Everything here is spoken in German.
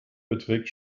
beträgt